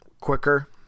quicker